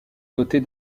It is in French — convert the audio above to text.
dotée